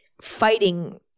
fighting